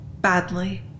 badly